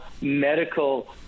medical